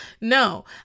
no